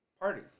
party